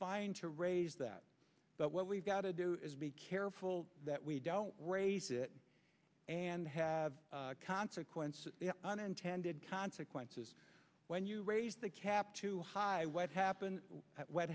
fine to raise that but what we've got to do is be careful that we don't raise it and have consequences unintended consequences when you raise the cap too high what happens what